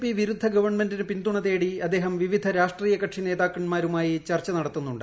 P വിരുദ്ധ ഗവൺമെന്റിന് പിൻതുണ തേടി അദ്ദേഹം വിവിധ രാഷ്ട്രീയകക്ഷി നേതാക്കന്മാരുമായി ചർച്ച നടത്തുന്നുണ്ട്